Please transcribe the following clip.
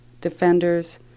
defenders